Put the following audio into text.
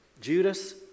Judas